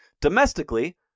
Domestically